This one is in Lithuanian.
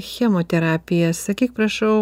chemoterapija sakyk prašau